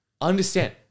understand